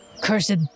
Cursed